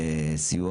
בסיוע